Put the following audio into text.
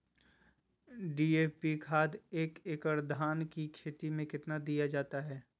DAP खाद एक एकड़ धान की खेती में कितना दीया जाता है?